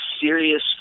serious